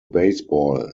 baseball